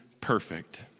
perfect